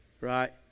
right